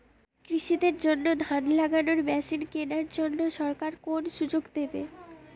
কৃষি দের জন্য ধান লাগানোর মেশিন কেনার জন্য সরকার কোন সুযোগ দেবে?